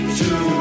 two